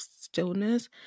stillness